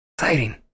exciting